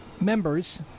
members